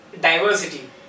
diversity